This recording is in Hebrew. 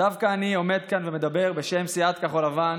דווקא אני עומד כאן ומדבר בשם סיעת כחול לבן,